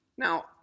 Now